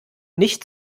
nicht